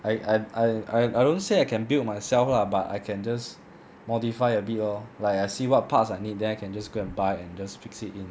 I I I I don't say I can build myself lah but I can just modify a bit lor like I see what parts I need then I can just go and buy and just fix it in